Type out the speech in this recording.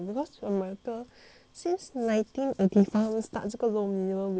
since nineteen eighty five start 这个 low minimum wage but